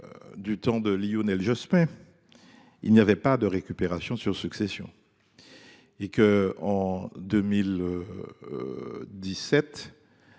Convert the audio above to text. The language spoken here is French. du temps Lionel Jospin, il n’y avait pas de récupération sur succession de